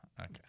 Okay